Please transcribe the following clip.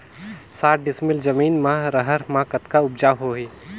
साठ डिसमिल जमीन म रहर म कतका उपजाऊ होही?